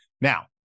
Now